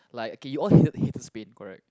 like okay you all hate hate the Spain correct